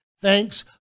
Thanks